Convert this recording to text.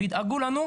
וידאגו לנו,